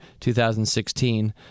2016